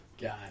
God